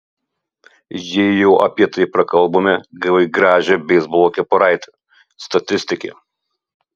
jei jau apie tai prakalbome gavai gražią beisbolo kepuraitę statistike